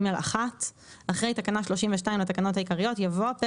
אחרי תקנה 32 לתקנות העיקריות יבוא: